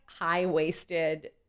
high-waisted